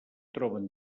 troben